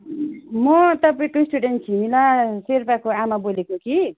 म तपाईँको स्टुडेन्ट छिना सेर्पाको आमा बोलेको कि